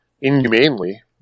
inhumanely